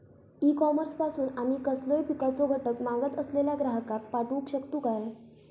E commerce पासून आमी कसलोय पिकाचो घटक मागत असलेल्या ग्राहकाक पाठउक शकतू काय?